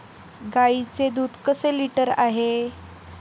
गाईचे दूध कसे लिटर आहे?